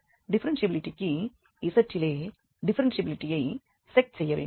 டிஃப்பெரென்ஷியபிலிட்டிக்கு z இலே டிஃப்பெரென்ஷியபிலிட்டியை check செய்ய வேண்டும்